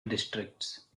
districts